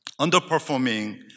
underperforming